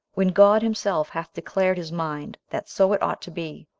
when god himself hath declared his mind that so it ought to be,